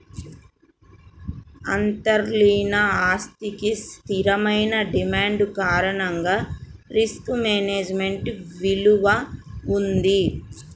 అంతర్లీన ఆస్తికి స్థిరమైన డిమాండ్ కారణంగా రిస్క్ మేనేజ్మెంట్ విలువ వుంటది